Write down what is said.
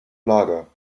lager